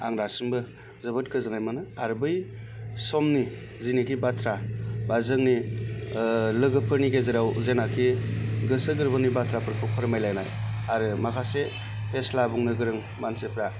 आं दासिमबो जोबोर गोजोन्नाय मोनो आरो बै समनि जेनाखि बाथ्रा बा जोंनि लोगोफोरनि गेजेराव जेनोखि गोसो गोरबोनि बाथ्राफोरखौ फोरमायलायनाय आरो माखासे फेस्ला बुंनो गोरों मानसिफ्रा